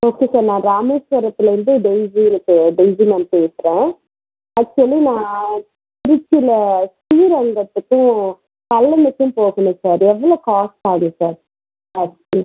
okay sir நான் ராமேஸ்வரத்துலேருந்து டெய்சின்னு டெய்சி மேம் பேசுறேன் ஆக்ஷுவலி நான் திருச்சியில் ஸ்ரீரங்கத்துக்கும் கல்லணைக்கும் போகணும் சார் எவ்வளோ காஸ்ட் ஆகும் சார் அதுக்கு